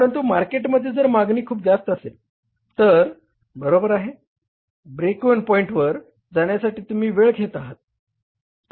परंतु मार्केटमध्ये जर मागणी खूप जास्त असेल तर बरोबर आहे ब्रेकवेन पॉईंटवर जाण्यासाठी तुम्ही वेळ घेत आहात